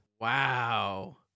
Wow